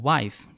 Wife